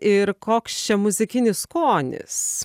ir koks čia muzikinis skonis